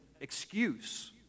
excuse